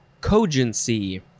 cogency